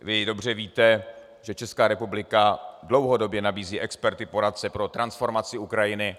Vy dobře víte, že Česká republika dlouhodobě nabízí experty, poradce pro transformaci Ukrajiny.